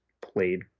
played